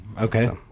Okay